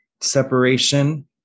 separation